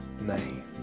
name